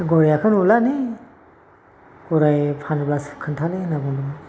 गरायाखौ नुलानो गराय फानब्लासो खोन्थानो होनना बुंदोंमोन